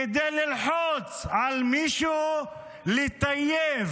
כדי ללחוץ על מישהו לטייב